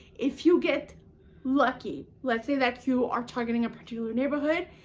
if you get lucky, let's say that you are targeting a particular neighbourhood,